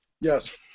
yes